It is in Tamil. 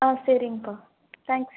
ஆ சரிங்கப்பா தேங்க்ஸ்